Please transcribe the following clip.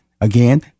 Again